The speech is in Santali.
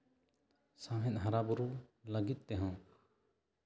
ᱥᱟᱶᱦᱮᱫ ᱦᱟᱨᱟᱼᱵᱩᱨᱩ ᱞᱟᱹᱜᱤᱫ ᱛᱮᱦᱚᱸ